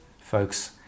folks